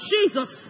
Jesus